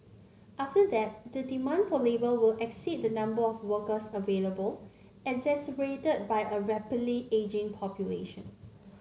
after that the demand for labour will exceed the number of workers available exacerbated by a rapidly ageing population